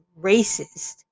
racist